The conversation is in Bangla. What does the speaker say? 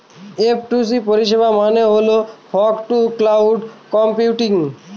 এফটুসি পরিষেবা মানে হল ফগ টু ক্লাউড কম্পিউটিং